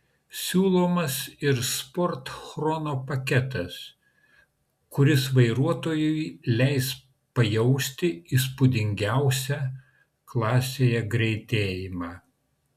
siūlomas ir sport chrono paketas kuris vairuotojui leis pajausti įspūdingiausią klasėje greitėjimą